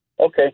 Okay